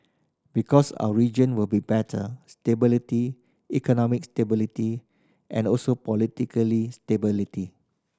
because our region will be better stability economic stability and also politically stability